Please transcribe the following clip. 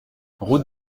route